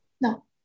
no